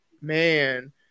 Man